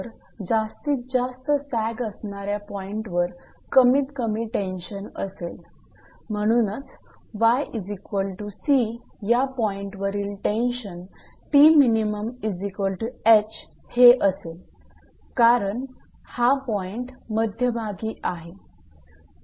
तर जास्तीत जास्त सॅग असणाऱ्या पॉईंटवर कमीत कमी टेन्शन असेल म्हणूनच 𝑦𝑐 या पॉईंट वरील टेन्शन हे असेल कारण हा पॉईंट मध्यभागी आहे